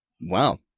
Wow